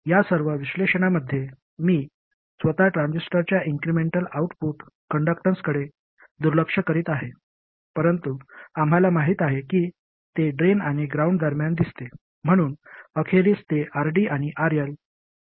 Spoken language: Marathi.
तसे या सर्व विश्लेषणामध्ये मी स्वतः ट्रान्झिस्टरच्या इन्क्रिमेंटल आऊटपुट कंडक्टन्सकडे दुर्लक्ष करीत आहे परंतु आम्हाला माहित आहे की ते ड्रेन आणि ग्राउंड दरम्यान दिसते म्हणून अखेरीस ते RD आणि RL च्या समांतर दिसतील